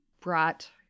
brought